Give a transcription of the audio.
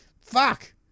Fuck